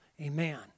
Amen